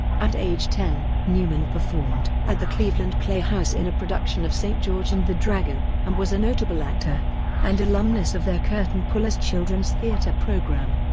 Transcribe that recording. at age ten, newman performed at the cleveland play house in a production of saint george and the dragon, and was a notable actor and alumnus of their curtain pullers children's theatre program.